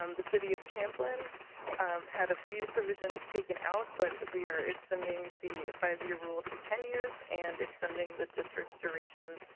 um the city of champlin had a few provisions taken out but we are extending the five-year rule to ten years and extending the districts duration